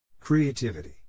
creativity